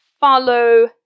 follow